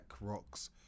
Rocks